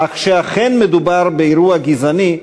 אך כשאכן מדובר באירוע גזעני,